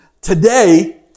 today